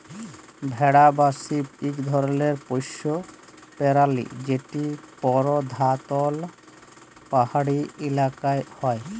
ভেড়া বা শিপ ইক ধরলের পশ্য পেরালি যেট পরধালত পাহাড়ি ইলাকায় হ্যয়